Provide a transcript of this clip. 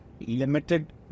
limited